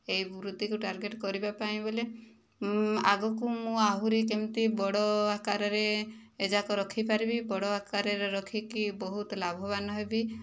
ଏହି ବୃତ୍ତିକୁ ଟାର୍ଗେଟ କରିବା ପାଇଁ ବଲେ ଆଗକୁ ମୁଁ ଆହୁରି କେମିତି ବଡ଼ ଆକାରରେ ଏଯାକ ରଖି ପାରିବି ବଡ଼ ଆକାରରେ ରଖିକି ବହୁତ ଲାଭବାନ ହେବି